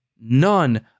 none